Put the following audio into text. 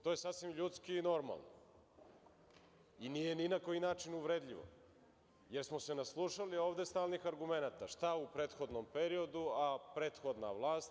To je sasvim ljudski i normalno i nije ni na koji način uvredljivo, jer smo se naslušali ovde stalnih argumenata, šta u prethodnom periodu, a prethodna vlast.